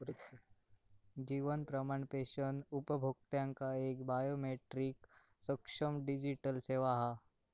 जीवन प्रमाण पेंशन उपभोक्त्यांका एक बायोमेट्रीक सक्षम डिजीटल सेवा हा